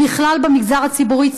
בכלל במגזר הציבורי,